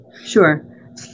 Sure